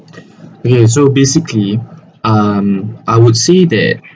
okay so basically um I would say that